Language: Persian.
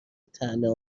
طعنه